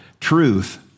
truth